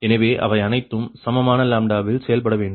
எனவே அவை அனைத்தும் சமமான லாம்ப்டாவில் செயல்பட வேண்டும்